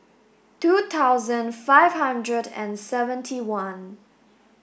two thousand five hundred and seventy one